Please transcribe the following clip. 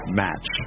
match